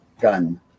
gun